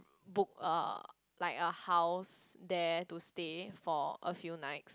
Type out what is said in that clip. book a like a house there to stay for a few night